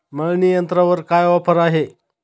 मळणी यंत्रावर काय ऑफर आहे?